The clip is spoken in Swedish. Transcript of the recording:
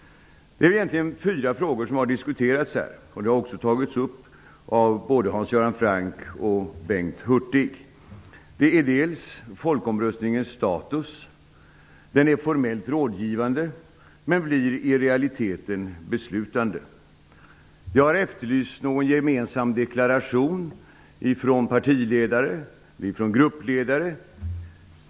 Det är egentligen fyra frågor som har diskuterats här. De har också tagits upp av både Hans Göran Franck och Bengt Hurtig. Det är folkomröstningens status. Den är formellt rådgivande, men blir i realiteten beslutande. Det har efterlysts en gemensam deklaration från partiledare, från gruppledare.